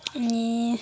अनि